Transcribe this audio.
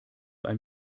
ein